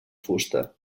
fusta